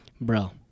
Bro